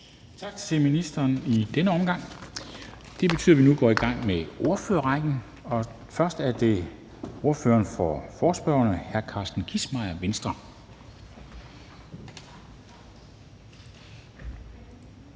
Tak til ministeren i denne omgang. Det betyder, at vi nu går i gang med ordførerrækken, og først er det ordføreren for forespørgerne, hr. Carsten Kissmeyer, Venstre.